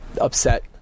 upset